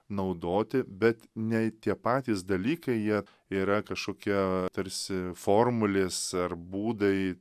naudoti bet ne tie patys dalykai jie yra kažkokie tarsi formulės ar būdai